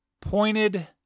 pointed